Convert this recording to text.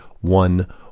one